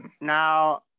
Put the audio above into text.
Now